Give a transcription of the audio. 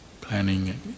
planning